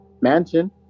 mansion